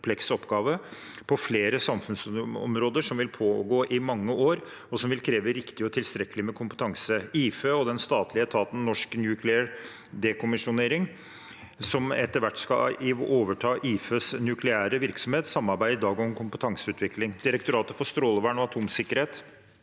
på flere samfunnsområder som vil pågå i mange år, og som vil kreve riktig og tilstrekkelig med kompetanse. IFE og den statlige etaten Norsk nukleær dekommisjonering, som etter hvert skal overta IFEs nukleære virksomhet, samarbeider i dag om kompetanseutvikling. Direktoratet for strålevern og atomsikkerhet